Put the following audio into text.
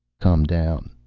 come down.